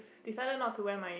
decided not to wear my